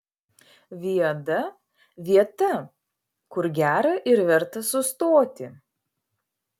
viada vieta kur gera ir verta sustoti